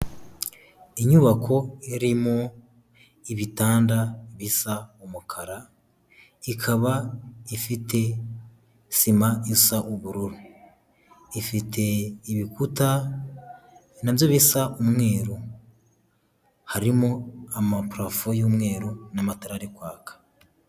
Inyubako irimo ibitanda bisa umukara, ikaba ifite sima isa ubururu, ifite ibikuta n'abyo bisa umweru, harimo amaparafo y'umweru, n'amatara ari kwaka.